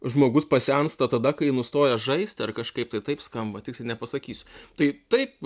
žmogus pasensta tada kai nustoja žaisti ar kažkaip tai taip skamba tiksliai nepasakysiu tai taip